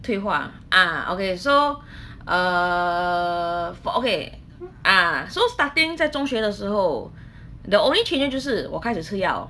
退化 ah okay so err for okay ah so starting 在中学的时候 the only changes 就是我开始吃药